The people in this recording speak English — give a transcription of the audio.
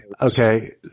Okay